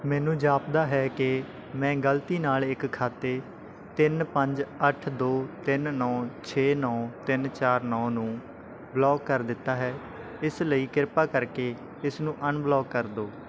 ਮੈਨੂੰ ਜਾਪਦਾ ਹੈ ਕਿ ਮੈਂ ਗਲਤੀ ਨਾਲ ਇੱਕ ਖਾਤੇ ਤਿੰਨ ਪੰਜ ਅੱਠ ਦੋ ਤਿੰਨ ਨੌ ਛੇ ਨੌ ਤਿੰਨ ਚਾਰ ਨੌ ਨੂੰ ਬਲੌਕ ਕਰ ਦਿੱਤਾ ਹੈ ਇਸ ਲਈ ਕਿਰਪਾ ਕਰਕੇ ਇਸਨੂੰ ਅਨਬਲੌਕ ਕਰ ਦਿਉ